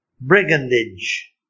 brigandage